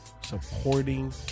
supporting